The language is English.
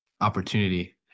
opportunity